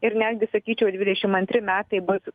ir netgi sakyčiau dvidešim antri metai bus